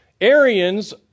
Arians